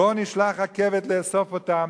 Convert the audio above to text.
בואו נשלח רכבת לאסוף אותם,